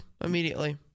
immediately